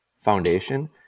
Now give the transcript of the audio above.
foundation